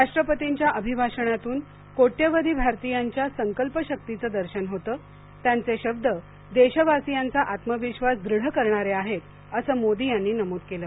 राष्ट्रपतींच्या अभिभाषणातून कोट्यवधी भारतीयांच्या संकल्पशक्तीचं दर्शन होतं त्यांचे शब्द देशवासियांचा आत्मविश्वास दृढ करणारे आहेत असं मोदी यांनी नमूद केलं